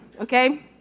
okay